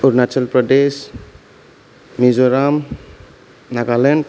Arunachal Pradesh Mizoram Nagaland